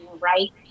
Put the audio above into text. right